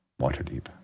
Waterdeep